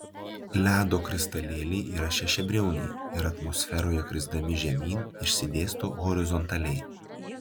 ledo kristalėliai yra šešiabriauniai ir atmosferoje krisdami žemyn išsidėsto horizontaliai